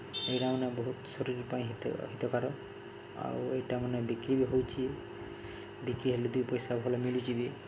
ଏଇଟା ମାନେ ବହୁତ ଶରୀର ପାଇଁ ହିତ ହିତକର ଆଉ ଏଇଟା ମାନେ ବିକ୍ରି ବି ହେଉଛି ବିକ୍ରି ହେଲେ ଦୁଇ ପଇସା ଭଲ ମିଳୁଛି ବି